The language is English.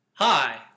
Hi